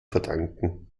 verdanken